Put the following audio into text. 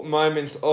moments